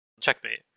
Checkmate